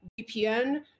VPN